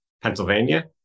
Pennsylvania